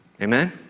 Amen